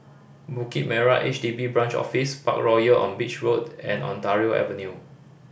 Bukit Merah H D B Branch Office Parkroyal on Beach Road and Ontario Avenue